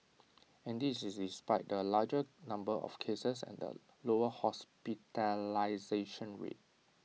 and this is despite the larger number of cases and the lower hospitalisation rate